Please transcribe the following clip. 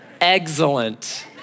Excellent